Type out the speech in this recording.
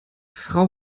frau